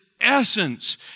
essence